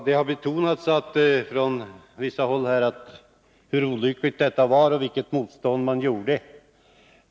Det har här betonats från vissa håll hur olyckligt detta var och vilket motstånd man gjorde.